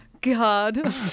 god